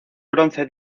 bronce